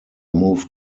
moved